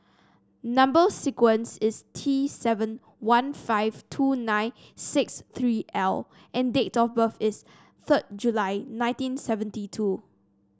number sequence is T seven one five two nine six three L and date of birth is third July nineteen seventy two